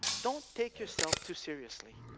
don't take yourself too seriously,